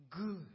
Good